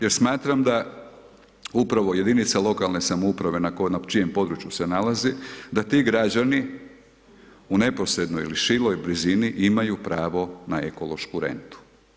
Jer smatram da upravo jedinice lokalne samouprave, na čijem području se nalazi, da ti građani, u neposrednoj ili široj blizini imaju pravo na ekološku rentu.